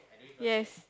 yes